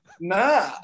Nah